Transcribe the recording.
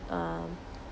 um